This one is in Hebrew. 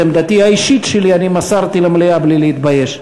את עמדתי האישית מסרתי למליאה בלי להתבייש.